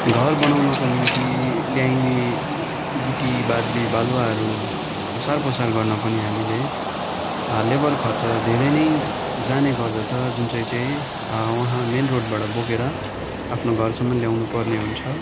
घर बनाउनका निम्ति ल्याइने गिटीबाजी बालुवाहरू ओसारपोसार गर्न पनि हामीले लेबर खर्चहरू धेरै नै जाने गर्दछ जुन चाहिँ चाहिँ वहाँ मेनरोडबाट बोकेर आफ्नो घरसम्म ल्याउनुपर्ने हुन्छ